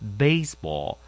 baseball